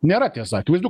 nėra tiesa akivaizdu